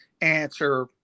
answer